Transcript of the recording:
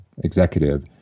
executive